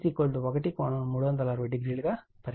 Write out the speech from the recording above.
కాబట్టి 1 1∠3600 గా పరిగణించబడుతుంది